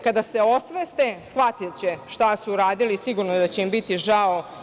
Kada se osveste shvatiće šta su radili i sigurno da će im biti žao.